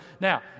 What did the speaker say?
Now